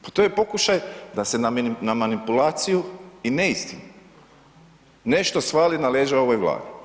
Pa to je pokušaj da se na manipulaciju i neistinu nešto svali na leđa ovoj Vladi.